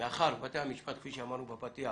מאחר ובתי המשפט כפי שאמרנו בפתיח,